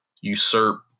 usurp